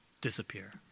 disappear